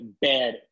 bad